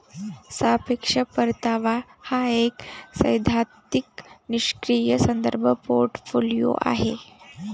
सापेक्ष परतावा हा एक सैद्धांतिक निष्क्रीय संदर्भ पोर्टफोलिओ आहे